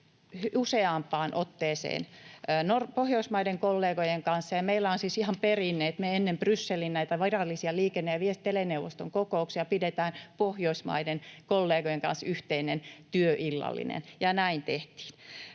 useampaan otteeseen Pohjoismaiden kollegojen kanssa. Meillä on siis ihan perinne, että me ennen näitä Brysselin virallisia liikenne- ja teleneuvoston kokouksia pidämme Pohjoismaiden kollegojen kanssa yhteisen työillallisen, ja näin tehtiin.